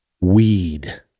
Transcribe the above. weed